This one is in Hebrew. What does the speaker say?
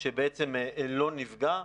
שבעצם לא נפגע.